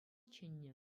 чӗннӗ